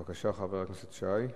בבקשה, חבר הכנסת שי.